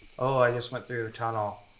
oh! i just went through a tunnel.